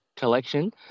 collection